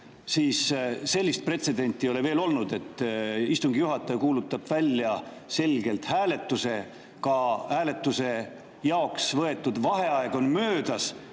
esimees. Sellist pretsedenti ei ole veel olnud, et istungi juhataja kuulutab selgelt välja hääletuse, ka hääletuse jaoks võetud vaheaeg on möödas